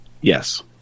Yes